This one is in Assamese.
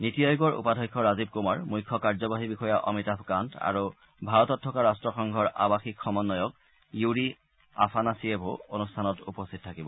নিটি আয়োগৰ উপাধ্যক্ষ ৰাজীৱ কুমাৰ মুখ্য কাৰ্যবাহী বিষয়া অমিতাভ কান্ত আৰু ভাৰতত থকা ৰাট্টসংঘৰ আৱাসিক সমন্বয়ক য়ুৰি আফানাচিয়েভো অনুষ্ঠানত উপস্থিত থাকিব